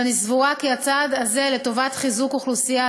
ואני סבורה כי הצעד הזה לטובת חיזוק אוכלוסייה